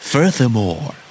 Furthermore